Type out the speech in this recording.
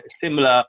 similar